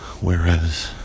Whereas